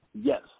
Yes